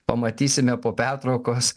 pamatysime po pertraukos